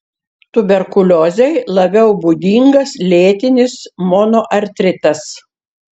tuberkuliozei labiau būdingas lėtinis monoartritas